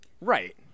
Right